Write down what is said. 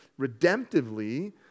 redemptively